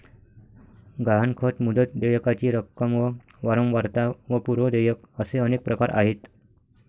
गहाणखत, मुदत, देयकाची रक्कम व वारंवारता व पूर्व देयक असे अनेक प्रकार आहेत